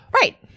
Right